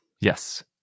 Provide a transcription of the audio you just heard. Yes